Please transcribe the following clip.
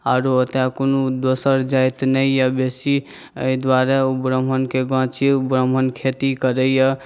आओर ओतऽ कोनो दोसर जाति नहि अइ बेसी ताहि दुआरे ओ ब्राह्मणके गाम छी ओ ब्राह्मण खेती करैए